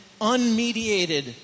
unmediated